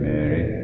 Mary